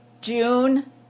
June